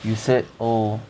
you said oh